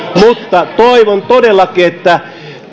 mutta toivon todellakin että